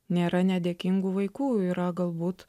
nėra nedėkingų vaikų yra galbūt